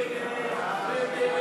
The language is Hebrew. ההצעה